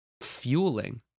fueling